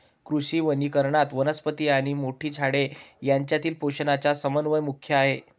कृषी वनीकरणात, वनस्पती आणि मोठी झाडे यांच्यातील पोषणाचा समन्वय मुख्य आहे